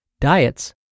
Diets